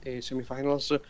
semi-finals